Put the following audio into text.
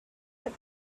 but